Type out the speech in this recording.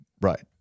Right